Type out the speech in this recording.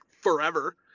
forever